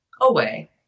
away